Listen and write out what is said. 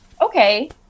Okay